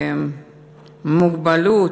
מוגבלות,